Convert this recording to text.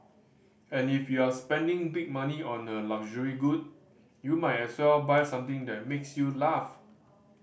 and if you're spending big money on a luxury good you might as well buy something that makes you laugh